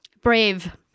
Brave